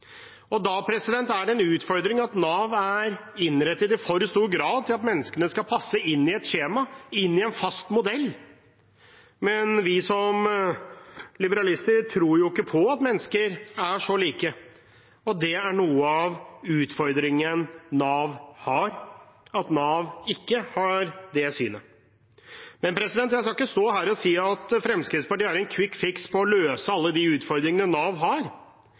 Da er det en utfordring at Nav i for stor grad er innrettet til at menneskene skal passe inn i et skjema, inn i en fast modell. Vi som liberalister tror jo ikke på at mennesker er så like. Og det er noe av utfordringen Nav har – at Nav ikke har det synet. Jeg skal ikke stå her og si at Fremskrittspartiet har en kvikkfiks på å løse alle de utfordringene Nav har,